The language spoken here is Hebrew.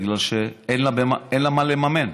בגלל שאין לה מה לממן.